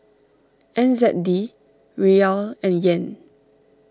N Z D Riyal and Yen